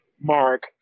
Mark